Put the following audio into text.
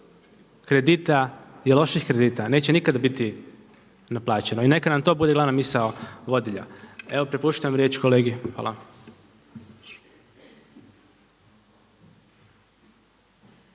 kredita je loših kredita a neće nikada biti naplaćeno i neka nam to bude glavna misao vodilja. Evo prepuštam riječ kolegi. Hvala.